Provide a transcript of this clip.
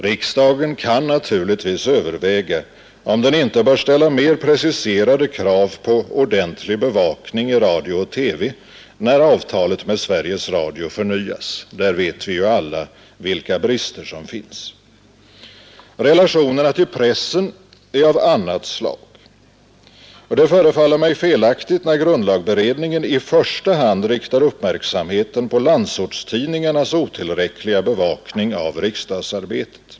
Riksdagen kan naturligtvis överväga, om den inte bör ställa mer preciserade krav på ordentlig bevakning i radio och TV, när avtalet med Sveriges Radio förnyas. Vi vet alla vilka brister som där finns. Relationerna till pressen är av annat slag. Det förefaller mig felaktigt när grundlagberedningen i första hand riktar uppmärksamheten på landsortstidningarnas otillräckliga bevakning av riksdagsarbetet.